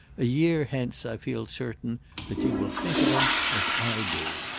a year hence i feel certain that you will think of him as i do.